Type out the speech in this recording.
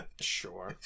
Sure